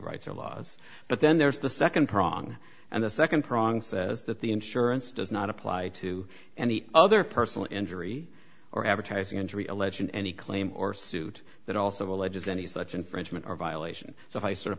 rights or laws but then there is the second prong and the second prong says that the insurance does not apply to any other personal injury or advertising injury alleging any claim or suit that also alleges any such infringement or violation so i sort of